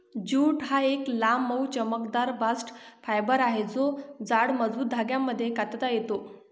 jute हा एक लांब, मऊ, चमकदार बास्ट फायबर आहे जो जाड, मजबूत धाग्यांमध्ये कातता येतो